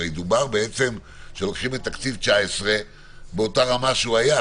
הרי דובר בעצם שלוקחים את תקציב 2019 באותה רמה שהוא היה.